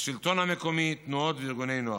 השלטון המקומי, תנועות וארגוני נוער.